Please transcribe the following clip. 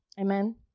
Amen